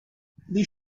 the